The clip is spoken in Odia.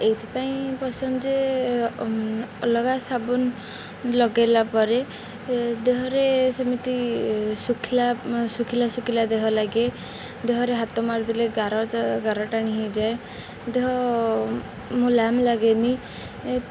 ଏଇଥିପାଇଁ ପସନ୍ଦ ଯେ ଅଲଗା ସାବୁନ ଲଗାଇଲା ପରେ ଦେହରେ ସେମିତି ଶୁଖିଲା ଶୁଖିଲା ଶୁଖିଲା ଦେହ ଲାଗେ ଦେହରେ ହାତ ମାରିଦେଲେ ଗାର ଗାର ଟାଣି ହେଇଯାଏ ଦେହ ମୁଲାୟମ ଲାଗେନି